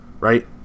right